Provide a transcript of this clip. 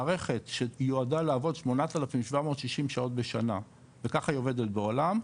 מערכת שיועדה לעבוד 8760 שעות בשנה וככה היא עובדת בעולם,